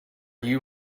you